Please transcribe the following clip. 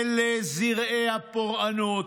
אלה זרעי הפורענות.